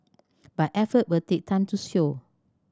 but effort will take time to show